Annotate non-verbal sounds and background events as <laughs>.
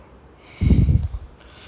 <laughs>